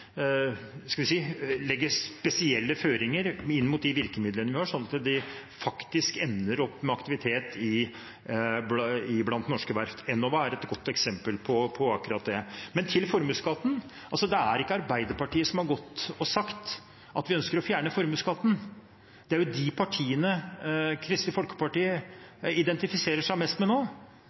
legge spesielle føringer inn mot de virkemidlene vi har, så de faktisk ender opp med aktivitet i norske verft. Enova er et godt eksempel på akkurat det. Til formuesskatten: Det er altså ikke Arbeiderpartiet som har sagt at vi ønsker å fjerne formuesskatten – det er jo de partiene Kristelig Folkeparti identifiserer seg mest med nå.